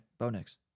Bonex